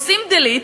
עושים delete,